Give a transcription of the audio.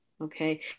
Okay